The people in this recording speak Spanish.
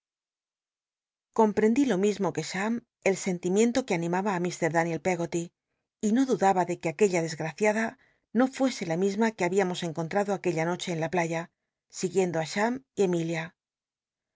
comprendí lo mismo que cham el senlimienlo que animaba á mr daniel peggoly y no dudaba que aquella desgraciada no fuese la tnisma que habíamos encoulrado aquella noche en la playa siguiendo ú cham y emilia